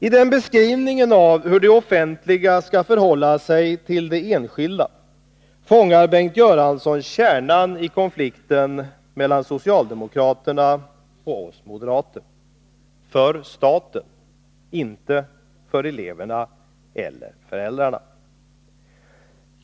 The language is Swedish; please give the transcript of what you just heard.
I den beskrivningen av hur det offentliga skall förhålla sig till det enskilda fångar Bengt Göransson kärnan i konflikten mellan socialdemokraterna och oss moderater: för staten — inte för eleverna eller föräldrarna.